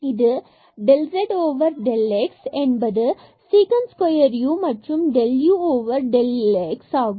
இது del z del x என்பது sec square u மற்றும் del u del x ஆகும்